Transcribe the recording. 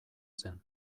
zen